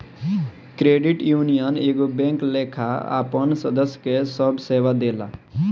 credit union एगो bank लेखा आपन सदस्य के सभ सेवा देला